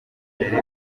utere